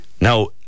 Now